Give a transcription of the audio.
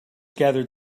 gathered